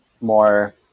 more